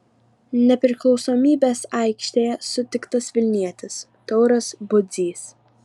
nepriklausomybės aikštėje sutiktas vilnietis tauras budzys